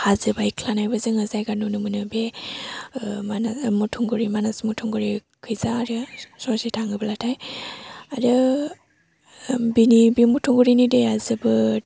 हाजो बायख्लानायबो जोङो जायगा नुनो मोनो बे मानास मथंगुरि मानास मथंगुरिखै जा आरो ससे थाङोब्लाथाय आरो बेनि बे मथंगुरिनि दैया जोबोद